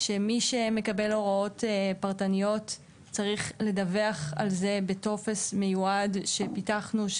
שמי שמקבל הוראות פרטניות צריך לדווח על זה בטופס מיועד שפיתחנו,